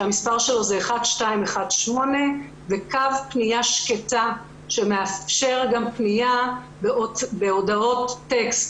שהמספר שלו הוא 1218. זה קו שמאפשר גם פנייה בהודעות טקסט.